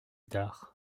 tard